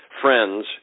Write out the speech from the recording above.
friends